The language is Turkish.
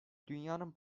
dünyanın